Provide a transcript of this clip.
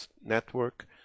Network